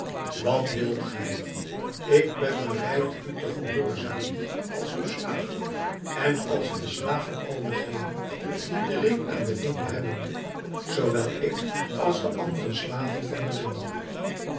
wat wilt gij vroeg de geest ik ben bereid u te gehoorzamen als uw slaaf en als de slaaf van allen die den ring aan den vinger hebben ik zoowel als de andere slaven van den ring